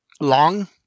Long